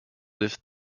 listed